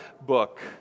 book